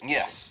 Yes